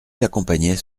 l’accompagnait